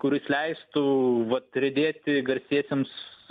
kuris leistų vat riedėti garsiesiems